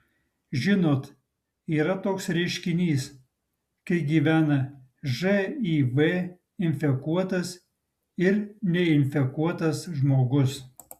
žinot yra toks reiškinys kai gyvena živ infekuotas ir neinfekuotas žmogus